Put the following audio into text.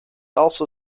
also